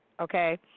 okay